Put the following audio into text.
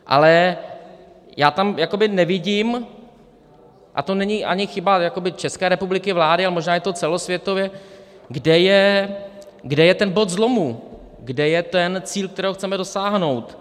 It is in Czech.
Ale já tam jakoby nevidím a to není ani chyba jakoby České republiky, vlády, a možná je to celosvětově kde je ten bod zlomu, kde je ten cíl, kterého chceme dosáhnout.